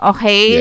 Okay